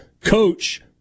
coach